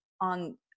on